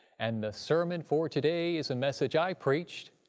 and the sermon for today is a message i preached,